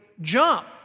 jump